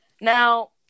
Now